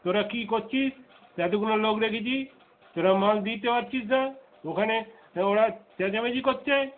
তোরা কী করছিস এতগুলো লোক রেখেছি তোরা মাল দিতে পারছিস না ওখানে ঝগড়া চ্যাঁচামেচি করছে